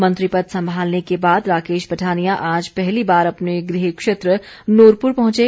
मंत्री पद संभालने के बाद राकेश पठानिया आज पहली बार अपने गृह क्षेत्र नुरपूर पहुंचे